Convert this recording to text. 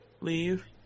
leave